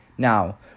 Now